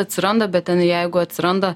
atsiranda bet ten jeigu atsiranda